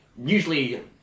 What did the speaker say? usually